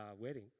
wedding